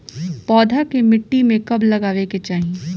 पौधा के मिट्टी में कब लगावे के चाहि?